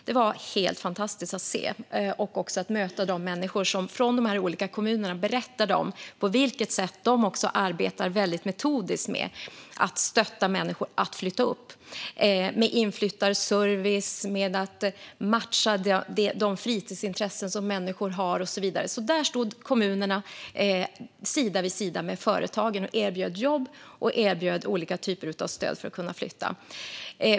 Det var helt fantastiskt att se och att möta människor från de här kommunerna som berättade om på vilket sätt de arbetar metodiskt med att stötta människor i att flytta upp med inflyttarservice, med att matcha deras fritidsintressen och så vidare. Där stod kommunerna sida vid sida med företagen och erbjöd jobb och olika typer av stöd för att kunna flytta.